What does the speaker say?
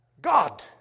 God